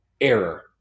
error